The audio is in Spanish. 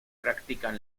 practican